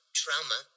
trauma